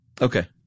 Okay